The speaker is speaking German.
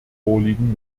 vorliegen